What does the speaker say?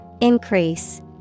Increase